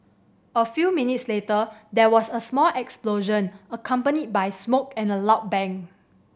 a few minutes later there was a small explosion accompanied by smoke and a loud bang